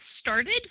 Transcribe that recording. started